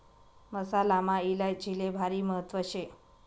मसालामा इलायचीले भारी महत्त्व शे